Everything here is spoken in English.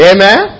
Amen